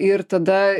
ir tada